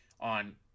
on